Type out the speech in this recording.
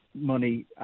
money